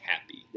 happy